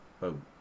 boom